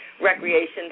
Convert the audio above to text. recreation